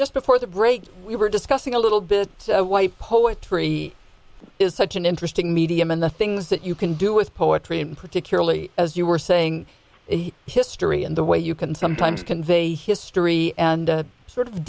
just before the break we were discussing a little bit why poetry is such an interesting medium and the things that you can do with poetry and particularly as you were saying the history and the way you can sometimes convey history and sort of